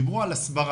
דיברו על הסברה,